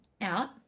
out